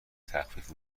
تخفیف